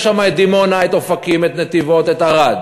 יש שם את דימונה, את אופקים, את נתיבות, את ערד.